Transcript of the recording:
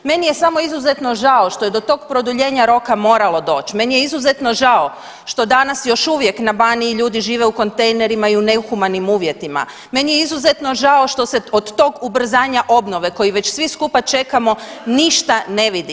Meni je samo izuzetno žao što je do tog produljenja roka moralo doć, meni je izuzetno žao što danas još uvijek na Baniji ljudi žive u kontejnerima i u nehumanim uvjetima, meni je izuzetno žao što se od tog ubrzanja obnove koji već svi skupa čekamo ništa ne vidi.